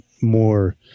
more